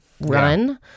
run